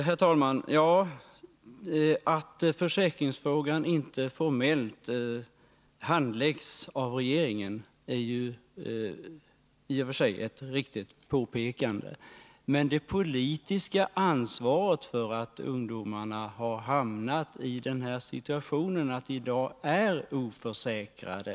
Herr talman! Att försäkringsfrågan inte formellt handläggs av regeringen är ju i och för sig ett riktigt påpekande. Men regeringen har ju det politiska ansvaret för att ungdomarna hamnat i den situationen att de i dag är oförsäkrade.